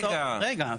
רגע,